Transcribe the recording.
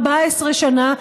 14 שנה,